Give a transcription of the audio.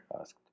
asked